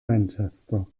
manchester